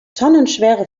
tonnenschwere